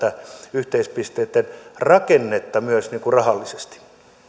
yhteispisteitten rakennetta myös rahallisesti